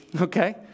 okay